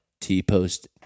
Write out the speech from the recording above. t-post